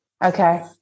Okay